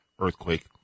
earthquake